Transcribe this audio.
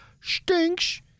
stinks